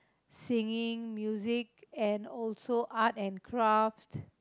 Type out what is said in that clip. singing music and also art and craft